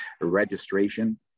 registration